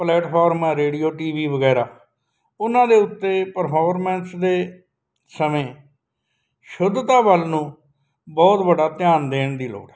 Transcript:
platform ਆ radio T V ਵਗੈਰਾ ਉਹਨਾਂ ਦੇ ਉੱਤੇ ਪਰਫੋਰਮੈਂਸ ਦੇ ਸਮੇਂ ਸ਼ੁੱਧਤਾ ਵੱਲ ਨੂੰ ਬਹੁਤ ਵੱਡਾ ਧਿਆਨ ਦੇਣ ਦੀ ਲੋੜ ਹੈ